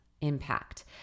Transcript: Impact